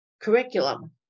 curriculum